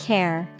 Care